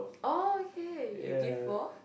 oh okay you give for